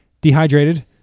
dehydrated